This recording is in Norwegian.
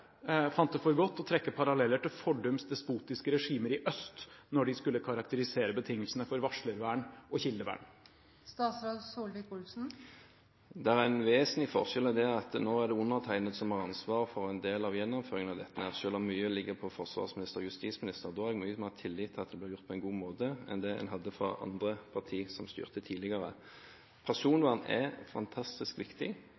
fant det for godt å trekke paralleller til fordums despotiske regimer i øst når de skulle karakterisere betingelsene for varslervern og kildevern. Det er en vesentlig forskjell, og det er at nå er det underegnede som har ansvaret for en del av gjennomføringen av dette, selv om mye ligger på forsvarsministeren og justisministeren. Da har jeg mye mer tillit til at det blir gjort på en god måte enn jeg hadde tidligere da andre partier styrte.